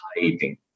hiding